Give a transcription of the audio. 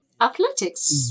athletics